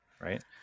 right